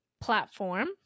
platform